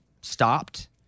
stopped